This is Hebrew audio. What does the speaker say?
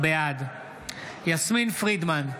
בעד יסמין פרידמן,